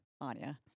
Anya